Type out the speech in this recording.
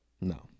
No